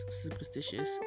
superstitious